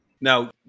Now